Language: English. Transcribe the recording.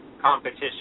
competition